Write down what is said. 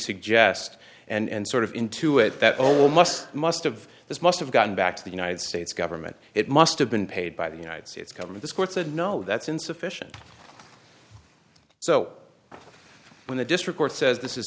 suggest and sort of into it that all must must of this must have gotten back to the united states government it must have been paid by the united states government this court said no that's insufficient so when the district court says this is